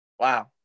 Wow